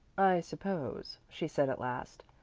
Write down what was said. i suppose, she said at last,